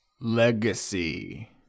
Legacy